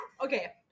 okay